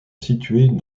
situés